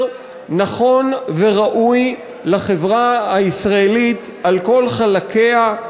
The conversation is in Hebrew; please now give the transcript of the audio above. נכון וראוי לחברה הישראלית על כל חלקיה,